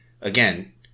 again